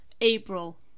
April